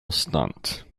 stunt